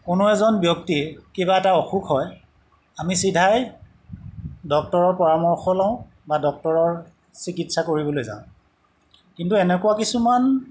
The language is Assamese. কোনো এজন ব্যক্তিৰ কিবা এটা অসুখ হয় আমি চিধাই ডক্টৰৰ পৰামৰ্শ লওঁ বা ডক্টৰৰ চিকিৎসা কৰিবলৈ যাওঁ কিন্তু এনেকুৱা কিছুমান